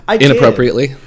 inappropriately